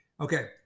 Okay